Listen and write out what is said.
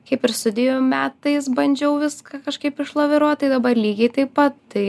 kaip ir studijų metais bandžiau viską kažkaip išlaviruot tai dabar lygiai taip pat tai